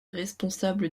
responsable